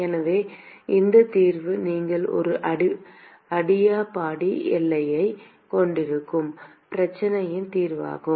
எனவே இந்த தீர்வு நீங்கள் ஒரு அடியாபாடிக் எல்லையைக் கொண்டிருக்கும் பிரச்சனையின் தீர்வாகும்